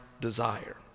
desire